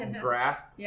grasp